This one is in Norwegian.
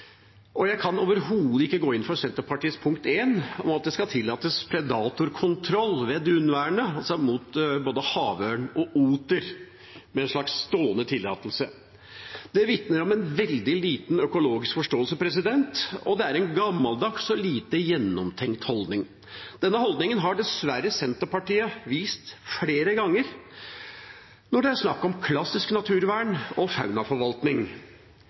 Jeg kan overhodet ikke gå inn for Senterpartiets forslag nr. 1, om at det skal tillates predatorkontroll – av både havørn og oter – ved dunværene, med en slags stående tillatelse. Det vitner om en veldig liten økologisk forståelse, og det er en gammeldags og lite gjennomtenkt holdning. Denne holdningen har Senterpartiet dessverre vist flere ganger når det er snakk om klassisk naturvern og faunaforvaltning.